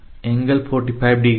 angle 45 degree था